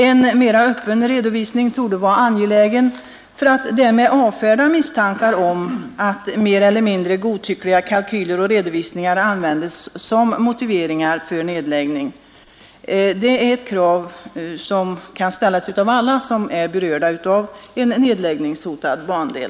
En mera öppen redovisning torde vara angelägen för att därmed avfärda misstankar om att mer eller mindre godtyckliga kalkyler och redovisningar används som motiveringar för nedläggning. Det är ett krav som kan ställas av alla som är berörda av en nedläggningshotad bandel.